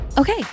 Okay